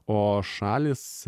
o šalys